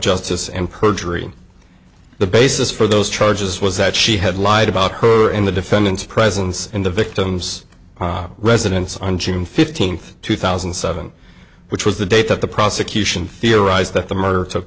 justice and perjury the basis for those charges was that she had lied about her in the defendant's presence in the victim's residence on june fifteenth two thousand and seven which was the date of the prosecution theorized that the murder took